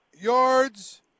yards